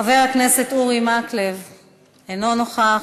חבר הכנסת אמיר אוחנה, אינו נוכח.